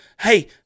Hey